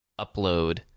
upload